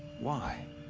why?